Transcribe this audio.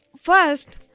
First